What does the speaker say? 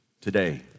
today